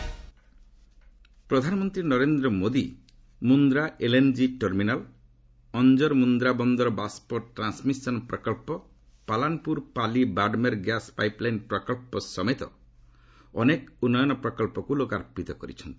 PM Gujarat ପ୍ରଧାନମନ୍ତ୍ରୀ Narendra Modi Mundra LNG terminal ଅଞ୍ଚର ମୁନ୍ଦ୍ରା ବନ୍ଦର ବାଷ୍ପ ଟ୍ରାନ୍ନମିଶନ ପ୍ରକଳ୍ପ ପାଲାନପୁର ପାଲି ବାଡମେର ଗ୍ୟାସ୍ ପାଇପ୍ଲାଇନ୍ ପ୍ରକଳ୍ପ ସମେତ ଅନେକ ଉନ୍ନୟନ ପ୍ରକଳ୍ପକ୍ ଲୋକାର୍ପିତ କରିଛନ୍ତି